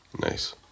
nice